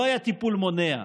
לא היה טיפול מונע.